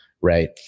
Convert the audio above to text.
right